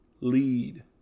Lead